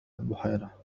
البحيرة